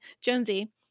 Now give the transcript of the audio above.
Jonesy